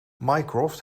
mycroft